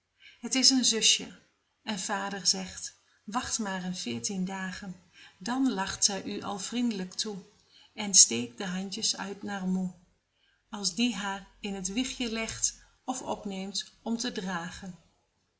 het is een zusje en vader zegt wacht maar een veertien dagen dan lacht zij u al vriend'lijk toe en steekt de handjes uit naar moe als die haar in het wiegje legt of opneemt om te dragen